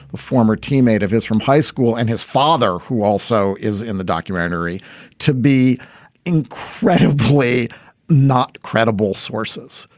a former teammate of his from high school and his father, who also is in the documentary to be incredibly not credible sources,